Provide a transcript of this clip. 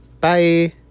Bye